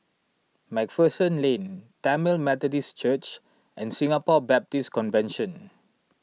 MacPherson Lane Tamil Methodist Church and Singapore Baptist Convention